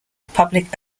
public